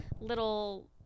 little